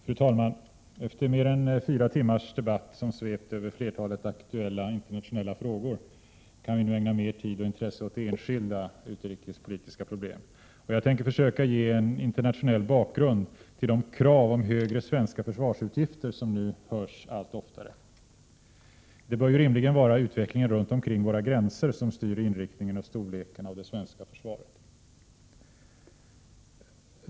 Fru talman! Efter mer än fyra timmars debatt, som svept över flertalet aktuella internationella frågor, kan vi nu ägna mer tid och intresse åt enskilda utrikespolitiska problem. Jag tänker försöka ge en internationell bakgrund till de krav om högre svenska försvarsutgifter som nu hörs allt oftare. Det bör ju rimligen vara utvecklingen runt omkring våra gränser som styr inriktningen och storleken av det svenska försvaret.